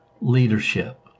leadership